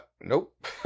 nope